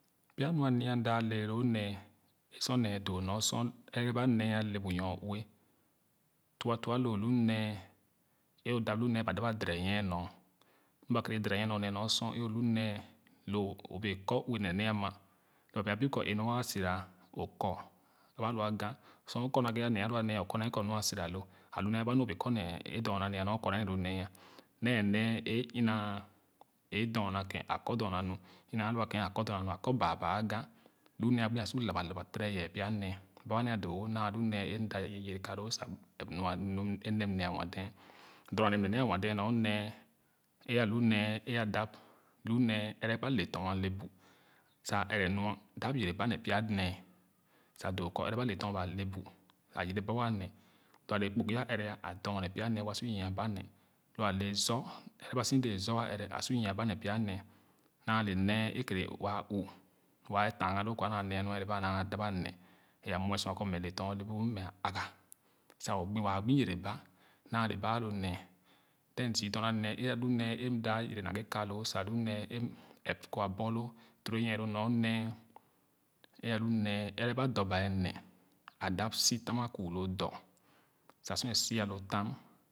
Pya nu a nia mda alɛɛ loo nee e sor nee doo nu sor ɛgere ba nee ale bu nyoue tua fua loo. Lu nee ẽ o dap lu nee ba dap a dɛrɛ myia nyo nu ba keera dɛrɛ nyue nu nee nor sor e o hunee lo o bee kɔ ue mɛ nee ama sa ba bee a bip kɔ nee dorna nu ina chorna ken a kɔ dorna nu ina alue ken a kɔ ba ba aga lu nee agbi a sua labalaba tere ye pya nee baba nee a doo wo na lu nee e mola ye yere ka lo sa ɛp naa nu e nee m ne anwa dee dorns nee m ne nee a nwa dee nor nee e alu nee e a dap lu nee ɛrɛ ba le tɔn a le bu sa ɛrɛ nu dap ɛrɛ ba le tɔn ba le bu ba yereba wa ne lo ale kpugo a ɛrɛ a dor nee pya nee wa su yɛan ba nee lu ale zor ɛrɛ ba so dee zor a ɛrɛ a su yee ba nee pya nee naa we nee e keere waa ih waa tanga loo kɔ a naa nie’a nu ẽ leba ya a naa dap ame e a muɛ sua kɔ mɛ letɔn o le bu m mɛ a gor sa waa gbe yereba naa le baa lo nee then zü dorna nee e alu nee mda yere naghe ka loo sa hu nee e ɛp kɔ aborloo tere nyie loo nor nee e alu nee ɛraba dɔ bɛɛn ne a dap si tam a kwi lo dɔ sa sor e sid lo tam